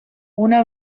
una